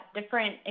different